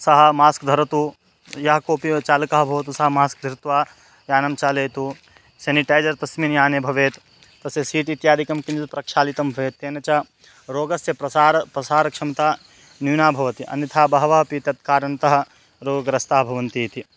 सः मास्क् धरतु यः कोपि चालकः भवतु सः मास्क् धृत्वा यानं चालयतु सेनिटैज़र् तस्मिन् याने भवेत् तस्य सीट् इत्यादिकं किञ्चित् प्रक्षालितं भवेत् तेन च रोगस्य प्रसारः प्रसारक्षमता न्यूना भवति अन्यथा बहवः अपि तत्कारणतः रोगग्रस्ता भवन्ति इति